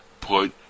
put